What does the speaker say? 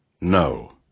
no